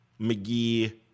McGee